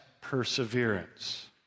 perseverance